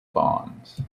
bonds